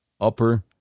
Upper